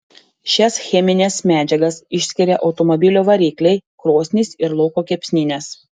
šias chemines medžiagas išskiria automobilių varikliai krosnys ir lauko kepsninės